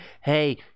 hey